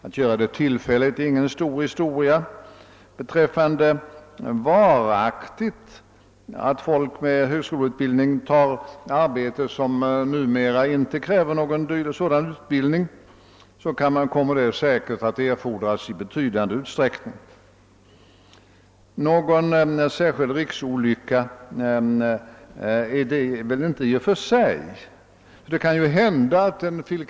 Att göra det tillfälligt medför inga stora problem. Det kommer emellertid också att bli nödvändigt att folk med högskoleutbildning varaktigt tar arbeten för vilka det för närvarande inte krävs någon sådan utbildning. Detta kommer säkerligen att bli erforderligt i betydande utsträckning. Någon särskild riksolycka är det väl inte i och för sig. Det kan ju hända att en fil.